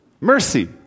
Mercy